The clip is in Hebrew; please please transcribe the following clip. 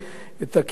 את הכליה.